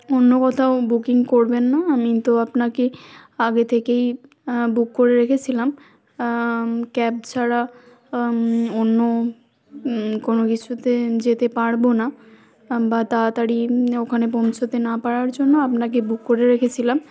অন্য কোথাও বুকিং করবেন না আমি তো আপনাকে আগে থেকেই বুক করে রেখেছিলাম ক্যাব ছাড়া অন্য কোনো কিছুতে যেতে পারব না বা তাড়াতাড়ি ওখানে পৌঁছোতে না পারার জন্য আপনাকে বুক করে রেখেছিলাম